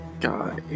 guy